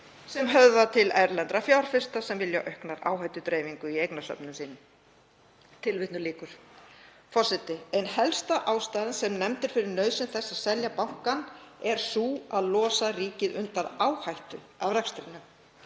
sem höfðar til erlendra fjárfesta sem vilja auka áhættudreifingu í eignasöfnum sínum.“ Forseti. Ein helsta ástæðan sem nefnd er fyrir nauðsyn þess að selja bankann er sú að losa ríkið undan áhættu af rekstrinum